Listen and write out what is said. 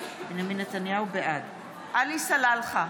עלי סלאלחה,